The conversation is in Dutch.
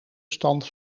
stand